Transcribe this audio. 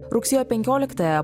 rugsėjo penkioliktąją